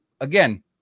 again